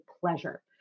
pleasure